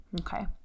Okay